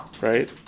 Right